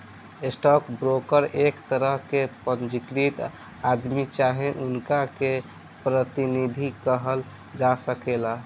stock broker एक तरह के पंजीकृत आदमी चाहे उनका के प्रतिनिधि कहल जा सकेला